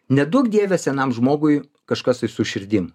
neduok dieve senam žmogui kažkas tai su širdim